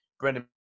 Brendan